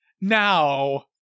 now